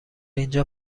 اینجا